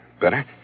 Better